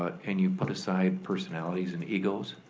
but and you put aside personalities and egos,